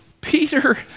Peter